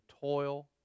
toil